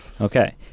Okay